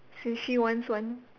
since she wants one